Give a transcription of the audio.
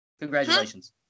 Congratulations